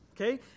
okay